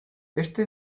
este